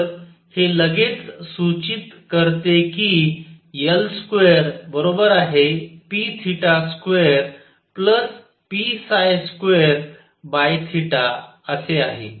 तर हे लगेच सूचित करते की L2p2p2 असे आहे